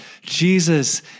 Jesus